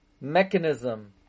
mechanism